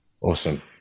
Awesome